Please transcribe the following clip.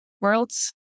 worlds